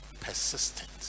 Persistent